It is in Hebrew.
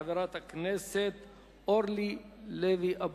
חברת הכנסת אורלי לוי אבקסיס.